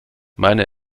meine